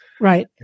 Right